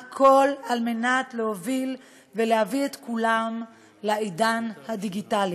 הכול על מנת להוביל ולהביא את כולם לעידן הדיגיטלי.